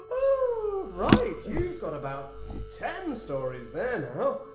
right, you've got about ten stories there now.